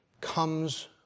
comes